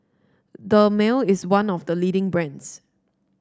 Dermale is one of the leading brands